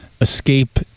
Escape